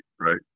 right